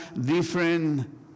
different